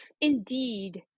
indeed